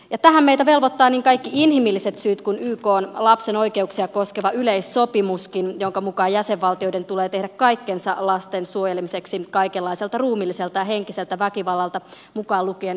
tähän meitä velvoittavat niin kaikki inhimilliset syyt kuin ykn lapsen oikeuksia koskeva yleissopimuskin jonka mukaan jäsenvaltioiden tulee tehdä kaikkensa lasten suojelemiseksi kaikenlaiselta ruumiilliselta ja henkiseltä väkivallalta mukaan lukien seksuaalinen hyväksikäyttö